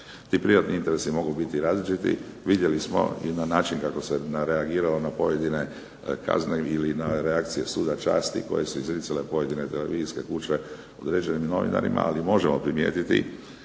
privatni interesi mogu biti različiti, vidjeli smo i na način kako se reagiralo na pojedine kazne ili na reakcije suda časti koje su izricale pojedine televizijske kuće određenim novinarima ali možemo primijetiti